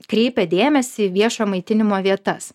kreipia dėmesį į viešo maitinimo vietas